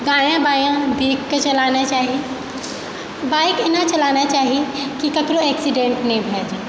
दाया बायाँ देखिकऽ चलाना चाही बाइक ऐना चलाना चाही कि ककरो एक्सीडेन्ट नहि भए जाए